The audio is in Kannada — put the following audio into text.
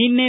ನಿನ್ನೆ